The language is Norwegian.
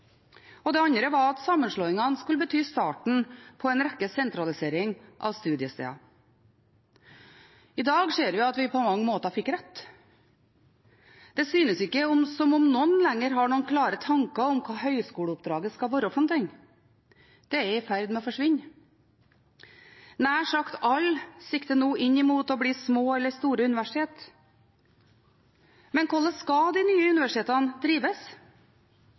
Det andre var at sammenslåingene skulle bety starten på en rekke sentraliseringer av studiesteder. I dag ser vi at vi på mange måter fikk rett. Det synes ikke som om noen lenger har noen klare tanker om hva høyskoleoppdraget skal være for noe. Det er i ferd med å forsvinne. Nær sagt alle sikter nå inn mot å bli små eller store universitet. Men hvordan skal de nye universitetene drives?